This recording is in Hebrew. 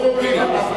ברור לי.